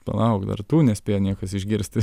palauk dar tų nespėjo niekas išgirsti